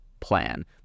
plan